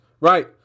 right